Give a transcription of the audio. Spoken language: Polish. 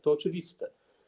To oczywiste.